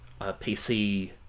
pc